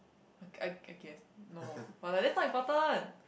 I I I guess no but that's not important